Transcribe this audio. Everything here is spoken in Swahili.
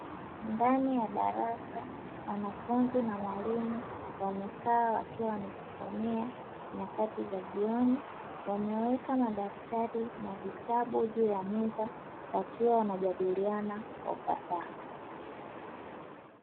Ndani ya darasa, wanafunzi na mwalimu wamekaa wakiwa wamejisomea nyakati za jioni wameweka madaftari na vitabu juu ya meza wakiwa wanajadiliana kwa ufasaha.